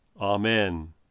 Amen